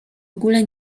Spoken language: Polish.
ogóle